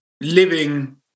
living